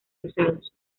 cruzados